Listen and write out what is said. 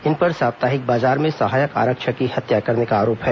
इन पर साप्ताहिक बाजार में सहायक आरक्षक की हत्या करने का आरोप है